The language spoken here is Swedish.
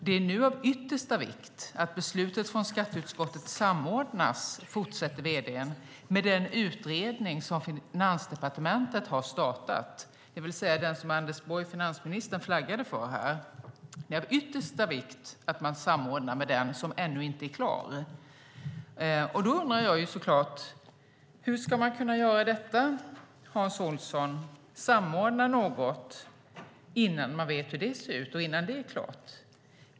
"Det är nu av yttersta vikt att beslutet från Skatteutskottet samordnas", fortsätter vd:n, "med den utredning som Finansdepartementet har startat". Det är alltså den utredning som finansminister Anders Borg flaggade för här. Det är av yttersta vikt att man samordnar med den som ännu inte är klar. Då undrar jag såklart: Hur ska man kunna göra detta, Hans Olsson? Hur ska man kunna samordna något innan man vet hur det ser ut och innan det är klart?